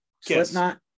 Slipknot